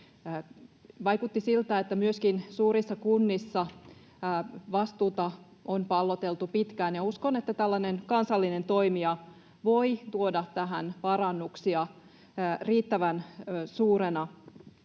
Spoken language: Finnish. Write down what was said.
Vaikutti siltä, että myöskin suurissa kunnissa vastuuta on palloteltu pitkään, ja uskon, että tällainen kansallinen toimija voi tuoda tähän riittävän suurena